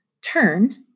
turn